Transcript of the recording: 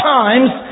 times